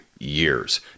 years